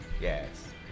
Yes